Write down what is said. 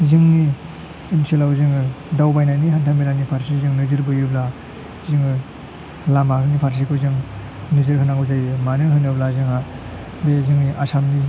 जोंनि ओनसोलाव जोङो दावबायनायनि हान्था मेलानि फारसे जों नोजोर बोयोब्ला जोङो लामानि फारसेखौ जों नोजोर होनांगौ जायो मानो होनोब्ला जोंहा नै जोंनि आसामनि